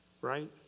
Right